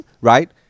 right